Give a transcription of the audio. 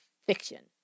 fiction